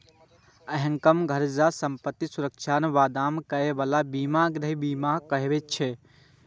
अहांक घर आ संपत्तिक सुरक्षाक वादा करै बला बीमा गृह बीमा कहाबै छै